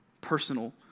personal